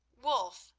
wulf,